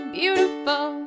beautiful